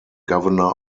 governor